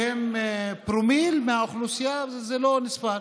שהן פרומיל מהאוכלוסייה, זה לא נספר,